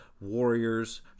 Warriors